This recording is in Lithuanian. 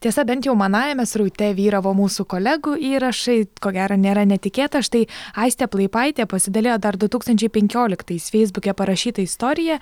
tiesa bent jau manajame sraute vyravo mūsų kolegų įrašai ko gero nėra netikėta štai aistė plaipaitė pasidalijo dar du tūkstančiai penkioliktais feisbuke parašyta istorija